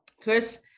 chris